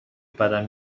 بدم